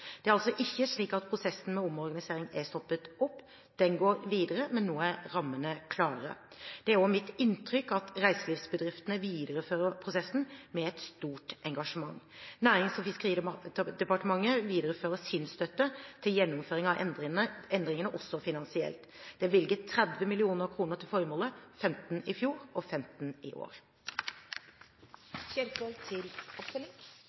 Det er altså ikke slik at prosessen med omorganisering er stoppet opp. Den går videre. Men nå er rammene klare. Det er også mitt inntrykk at reiselivsbedriftene viderefører prosessen med et stort engasjement. Nærings- og fiskeridepartementet viderefører sin støtte til gjennomføring av endringene, også finansielt. Det er bevilget 30 mill. kr til formålet – 15 mill. kr i fjor og 15 mill. kr i år.